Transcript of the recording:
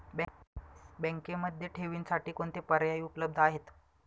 बँकेमध्ये ठेवींसाठी कोणते पर्याय उपलब्ध आहेत?